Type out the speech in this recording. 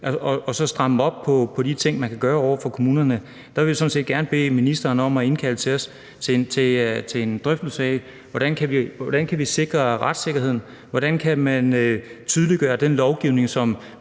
kan stramme tingene op over for kommunerne. Vi vil sådan set gerne bede ministeren om at indkalde os til en drøftelse af, hvordan man kan sikre retssikkerheden, hvordan man kan tydeliggøre den lovgivning, som